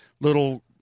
little